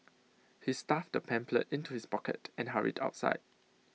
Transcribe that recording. he stuffed the pamphlet into his pocket and hurried outside